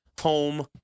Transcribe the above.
home